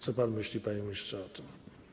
Co pan myśli, panie ministrze, o tym?